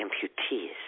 amputees